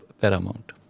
paramount